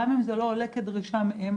גם אם זה לא עולה כדרישה מהם.